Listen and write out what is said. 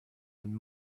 and